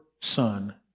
son